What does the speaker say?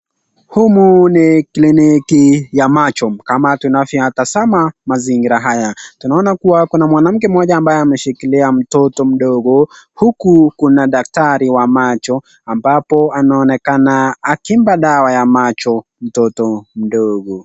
Humu ni kliniki ya macho, kama tunavyo ya tazama mazingira haya. Tunaona kuwa kuna mwanamke mmoja ambaye ameshikilia mtoto mdogo, huku kuna daktari wa macho ambapo anaonekana akimpa dawa ya macho mtoto mdogo.